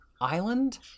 island